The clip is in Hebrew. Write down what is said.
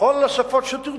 בכל השפות שתרצו.